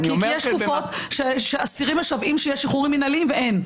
יש תקופות שאסירים משוועים שיהיו שחרורים מינהליים ואין.